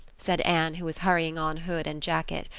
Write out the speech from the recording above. said anne, who was hurrying on hood and jacket.